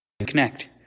Connect